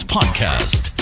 Podcast